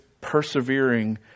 persevering